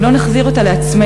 אם לא נחזיר אותה לעצמנו,